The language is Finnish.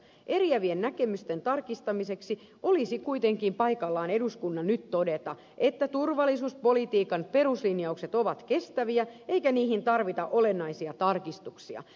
eriävien näkemysten tarkistamiseksi olisi kuitenkin paikallaan eduskunnan nyt todeta että turvallisuuspolitiikan peruslinjaukset ovat kestäviä eikä niihin tarvita olennaisia tarkistuksia